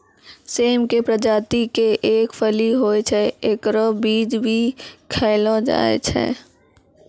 सेम के प्रजाति के एक फली होय छै, हेकरो बीज भी खैलो जाय छै